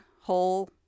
whole